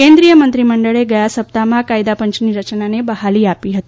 કેન્દ્રિય મંત્રીમંડળે ગયા સપ્તાહમાં કાયદાપંચની રચનાને બહાલી આપી હતી